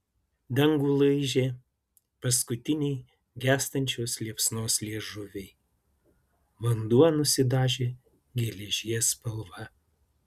dangų laižė paskutiniai gęstančios liepsnos liežuviai vanduo nusidažė geležies spalva